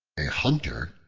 a hunter,